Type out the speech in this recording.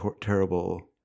terrible